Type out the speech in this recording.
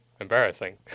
embarrassing